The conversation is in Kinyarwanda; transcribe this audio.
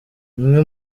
umwe